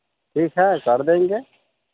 ठीक है कर देंगे